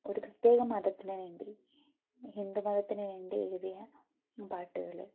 ഒരു പ്രത്യേക മതത്തിനു വേണ്ടി ഹിന്ദു മതത്തിനു വേണ്ടി എഴുതിയ പാട്ടുകള്